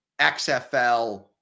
XFL